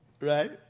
Right